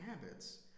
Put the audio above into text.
habits